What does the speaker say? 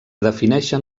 defineixen